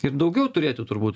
ir daugiau turėti turbūt